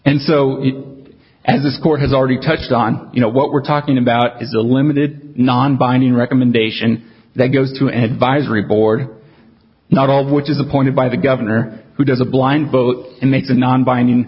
and so as this court has already touched on you know what we're talking about is a limited non binding recommendation that goes to an advisory board not all of which is appointed by the governor who does the blind vote and make the non binding